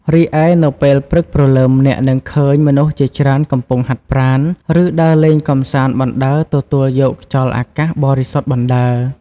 រីឯនៅពេលព្រឹកព្រលឹម អ្នកនឹងឃើញមនុស្សជាច្រើនកំពុងហាត់ប្រាណ ឬដើរលេងកម្សាន្តបណ្ដើរទទួលយកខ្យល់អាកាសបរិសុទ្ធបណ្ដើរ។